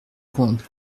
comte